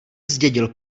zdědil